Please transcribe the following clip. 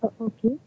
Okay